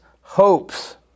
hopes